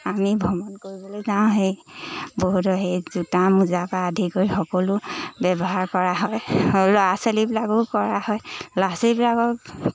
আমি ভ্ৰমণ কৰিবলৈ যাওঁ সেই বহুত সেই জোতা মোজাৰপৰা আদি কৰি সকলো ব্যৱহাৰ কৰা হয় ল'ৰা ছোৱালীবিলাকো কৰা হয় ল'ৰা ছোৱালীবিলাকক